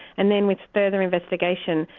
and then with further investigation,